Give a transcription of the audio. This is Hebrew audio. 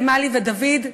למלי ודוד,